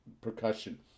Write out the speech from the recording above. percussion